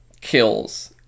kills